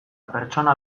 pertsona